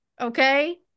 Okay